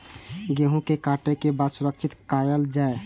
गेहूँ के काटे के बाद सुरक्षित कायल जाय?